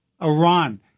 Iran